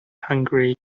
hungary